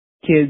kids